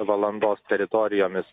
valandos teritorijomis